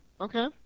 okay